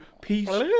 peace